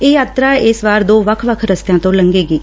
ਇਹ ਯਾਤਰਾ ਇਸ ਵਾਰ ਦੋ ਵੱਖ ਵੱਖ ਰਸਤਿਆਂ ਤੋਂ ਲੰਘੇਗੀ